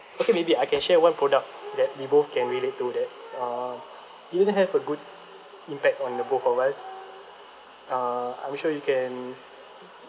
okay maybe I can share one product that we both can relate to that uh didn't have a good impact on the both of us uh I'm sure you can